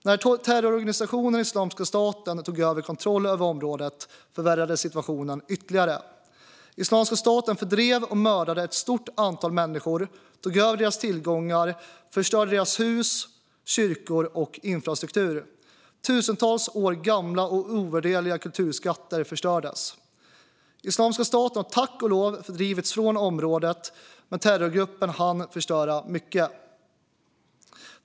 När terrororganisationen Islamiska staten tog kontroll över området förvärrades situationen ytterligare. Islamiska staten fördrev och mördade ett stort antal människor, tog över deras tillgångar och förstörde deras hus, kyrkor och infrastruktur. Tusentals år gamla och ovärderliga kulturskatter förstördes. Islamiska staten har tack och lov fördrivits från området, men terrorgruppen hann förstöra mycket.